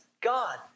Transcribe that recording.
God